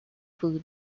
food